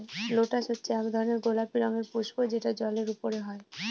lotus হচ্ছে এক গোলাপি রঙের পুস্প যেটা জলের ওপরে হয়